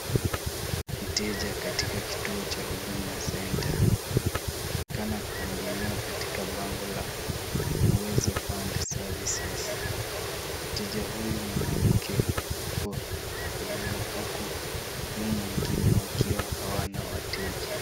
Mteja katika kituo cha huduma center anaonekana kuhudumiwa katika bango la Uwezo Fund Services .Mteja huyu mwanamke anamhudumiwa huku wahudumu wengine wakiwa hawana wateja.